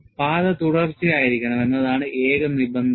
പാത തുടർച്ചയായിരിക്കണം എന്നതാണ് ഏക നിബന്ധന